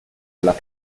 alla